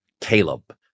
Caleb